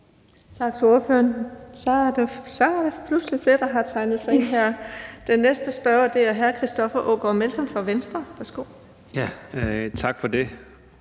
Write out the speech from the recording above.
Tak til ordføreren. Så er der pludselig flere, der har tegnet sig ind her. Den næste spørger er hr. Christoffer Aagaard Melson fra Venstre. Værsgo. Kl.